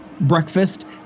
breakfast